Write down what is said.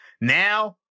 Now